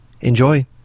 Enjoy